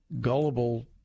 gullible